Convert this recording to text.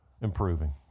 improving